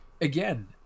again